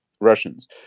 Russians